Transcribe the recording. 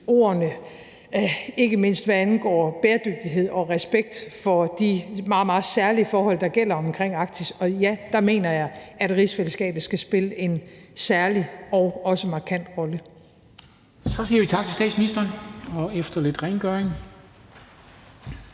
ordene om ikke mindst bæredygtighed og respekt for de meget, meget særlige forhold, der gælder omkring Arktis. Og, ja, der mener jeg at rigsfællesskabet skal spille en særlig og også markant rolle. Kl. 14:01 Formanden (Henrik Dam Kristensen): Så siger vi tak til statsministeren. Og efter lidt rengøring